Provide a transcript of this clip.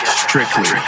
strictly